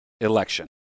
election